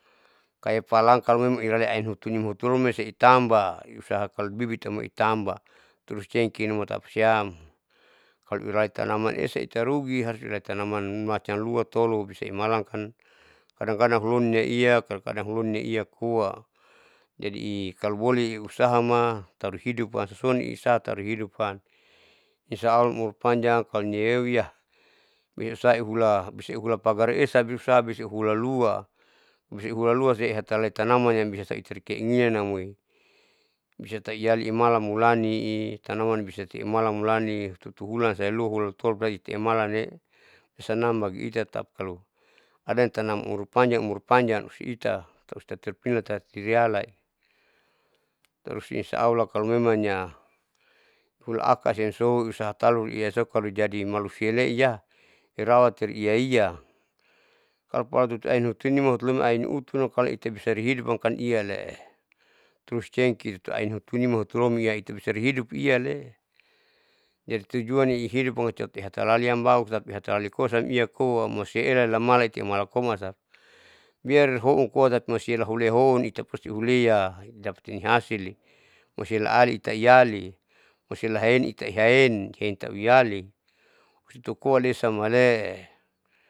Kaya palaam kalo memang irain hutuin hutulomi amiitamba usaha kalobibit amoi utamba terus cenkinuma tapasiam kalo urai tanaman esa itarugi tatihasil tanaman macam lua tolo bisa imalan kan kadang kadang ahuloniteia terkadang honia lia koa, jadi ikaloboleh ihusaha numa taruhidupam soni isa taruhidupn insya allah umur panjang kalo nieuyah niusai hula tehula pagar esa justru abisi hulalua, husi ulalua hise ataloi tanaman bisatari ikeinginan amoi bisa taiyali malan mulani ii itanaman bisati amulani tutuhulan sailoho hula tolo braiiamalan nee snama bagi itatau kalo adatanam umurpanjang umur panjang husi ita, usa itati husaina iyalae tarus insyaalllah kalomemangnya hulakasa siemso usaha talu iyaso kalo jadi malusiale iyah irawati iyaiya kalo pala tutuain tutunima hutulomi ain utunam kalobisa itarehidup kan anialee, terus cenkih ain hutunima lomia itari bisa dihidup iyale jadi tujuan nihidup amopihatalaliam au tati hatalali koa siam ia oa malusia ekali lamala tati amalakoa maasapa biar houn koa tati. alusia holihon itape sulea dapati nihasilli malusea laali itaiali malusia laahen ihaen hen tahu iyali husikoa lesa samalee.